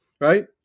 right